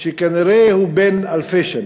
שכנראה הוא בן אלפי שנים.